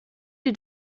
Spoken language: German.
die